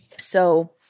So-